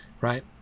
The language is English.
Right